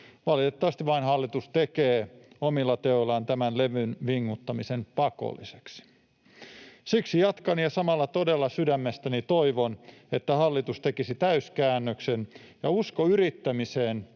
Valitettavasti hallitus vain tekee omilla teoillaan tämän levyn vinguttamisen pakolliseksi. Siksi jatkan ja samalla todella sydämestäni toivon, että hallitus tekisi täyskäännöksen ja usko yrittämiseen,